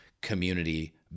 community